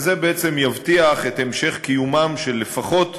וזה בעצם יבטיח את המשך קיומם של לפחות